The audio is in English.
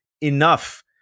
enough